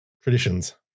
Traditions